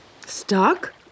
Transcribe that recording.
Stuck